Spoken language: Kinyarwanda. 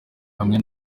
hamwe